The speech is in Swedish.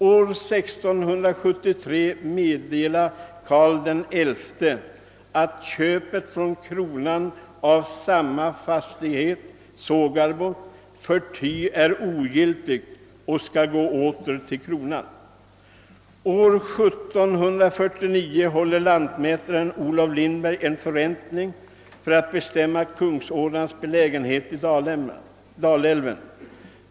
År 1673 meddelar Karl XI att köpet från kronan av samma fastighet Sågarbo förty är ogiltigt och skall gå åter till kronan. År 1749 håller lantmätaren Olof Lindberg en förrättning för att bestämma kungsådrans belägenhet i Dalälven.